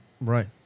Right